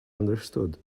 understood